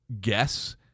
guess